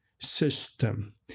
system